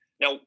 Now